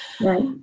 Right